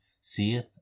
seeth